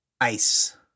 Ice